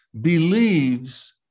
believes